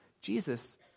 Jesus